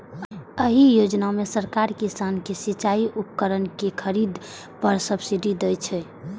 एहि योजना मे सरकार किसान कें सिचाइ उपकरण के खरीद पर सब्सिडी दै छै